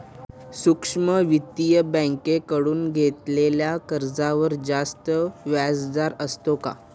सूक्ष्म वित्तीय बँकेकडून घेतलेल्या कर्जावर जास्त व्याजदर असतो का?